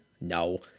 No